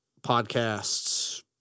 Podcasts